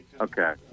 Okay